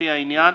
לפי העניין,